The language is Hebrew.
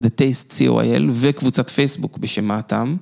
TheTasty.co.il וקבוצת פייסבוק בשמתם.